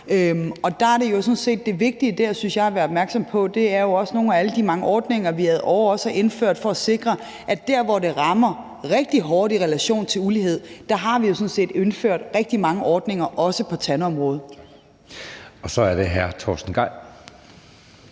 det vigtige, synes jeg, også at være opmærksom på nogle af alle de mange ordninger, vi ad åre har indført. Der, hvor det rammer rigtig hårdt i relation til ulighed, har vi jo sådan set indført rigtig mange ordninger, også på tandområdet. Kl. 15:48 Anden næstformand